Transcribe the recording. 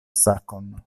sakon